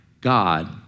God